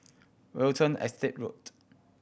Watten Estate Road